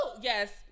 Yes